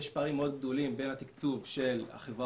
יש פערים גדולים מאוד בין התקצוב של החברה